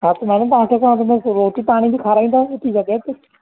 हा त मैडम तव्हां खे हिनमें असां रोटी पाणी बि खाराईंदासीं सुठी जॻहि ते